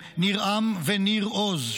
ניר עם וניר עוז,